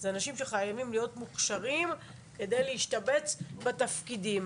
זה אנשים שחייבים להיות מוכשרים כדי להשתבץ בתפקידים.